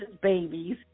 babies